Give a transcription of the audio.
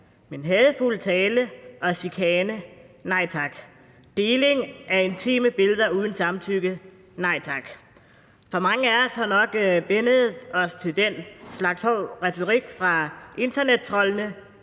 men hadefuld tale og chikane: Nej tak. Deling af intime billeder uden samtykke: Nej tak. Mange af os har nok vænnet os til den slags hård retorik fra internettroldene,